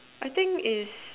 I think is